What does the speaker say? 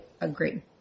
agree